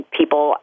people